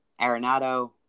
Arenado